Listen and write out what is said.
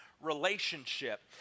relationship